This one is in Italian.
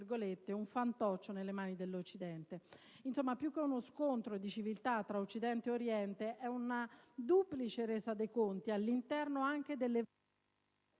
un «fantoccio nelle mani dell'Occidente». Insomma, più che uno scontro di civiltà tra Occidente e Oriente, si tratta di una duplice resa dei conti all'interno delle